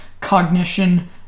cognition